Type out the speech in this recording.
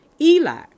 Eli